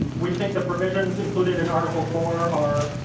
we think the provision included in article four are